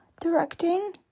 Directing